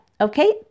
Okay